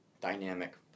dynamic